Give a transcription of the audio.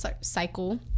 cycle